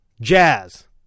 Jazz